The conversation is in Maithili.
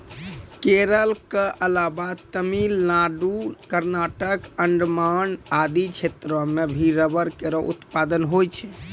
केरल क अलावा तमिलनाडु, कर्नाटक, अंडमान आदि क्षेत्रो म भी रबड़ केरो उत्पादन होय छै